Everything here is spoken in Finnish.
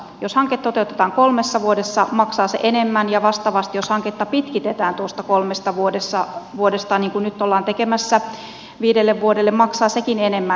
jos hanke toteutetaan kolmessa vuodessa maksaa se enemmän ja vastaavasti jos hanketta pitkitetään tuosta kolmesta vuodesta niin kuin nyt ollaan tekemässä viiteen vuoteen maksaa sekin enemmän